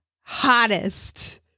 hottest